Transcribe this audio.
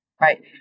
Right